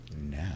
now